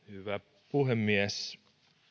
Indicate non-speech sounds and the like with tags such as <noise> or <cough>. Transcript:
<unintelligible> hyvä puhemies